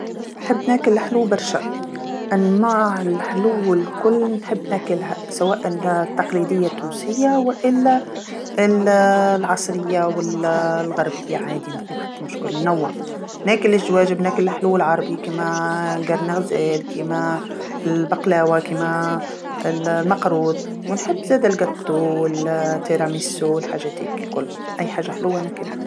نحب ناكل الحلو برشا، أنواع الحلو الكل نحب ناكلها سواء ال- التقليديه التونسيه وإلا ال- العصريه وال- الغربيه عادي ما كان حتى مشكل، نوع، ناكل الجواجب ناكل الحلو والعربي كيما قرن الغزال كيما ال- البقلاوه كيما ال- المقرود، ونحب زاده الحلويات والتيراميسو والحاجات هاذيكا الكل، أي حاجه حلوه ناكلها.